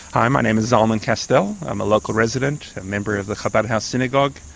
hi, my name is zalman kastel, i'm a local resident, a member of the chabad house synagogue,